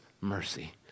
mercy